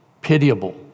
pitiable